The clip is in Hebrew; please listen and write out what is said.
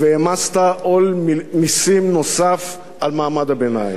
והעמסת עול מסים נוסף על מעמד הביניים.